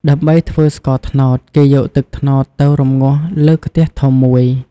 ដើម្បីធ្វើស្ករត្នោត គេយកទឹកត្នោតទៅរំងាស់លើខ្ទះធំមួយ។